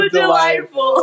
delightful